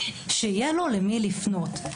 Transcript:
שיהיה לו למי לפנות.